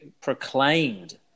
proclaimed